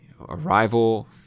Arrival